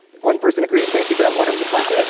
one person agrees. thank you for that one and clap.